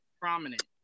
prominent